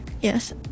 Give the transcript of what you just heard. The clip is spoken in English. Yes